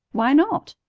why not?